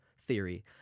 theory